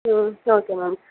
ம் okay ma'am